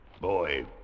Boy